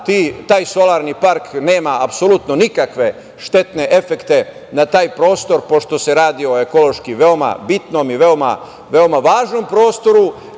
taj solarni park nema apsolutno nikakve štetne efekte za taj prostor, pošto se radi o ekološki bitnom i veoma važnom prostoru. Naravno